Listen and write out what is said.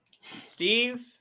Steve